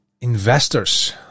investors